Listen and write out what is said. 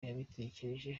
yabitekereje